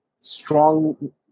strong